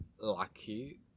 lucky